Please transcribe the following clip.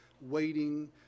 waiting